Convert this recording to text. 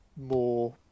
more